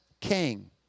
king